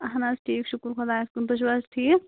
اَہَن حظ ٹھیٖک شُکُر خُددایَس کُن تُہۍ چھِو حظ ٹھیٖک